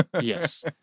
Yes